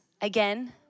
again